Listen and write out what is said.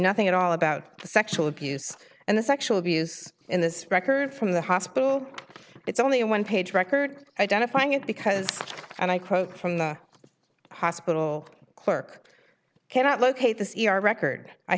nothing at all about sexual abuse and the sexual abuse in this record from the hospital it's only a one page record identifying it because and i quote from the hospital clerk cannot locate the c r record i